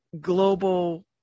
global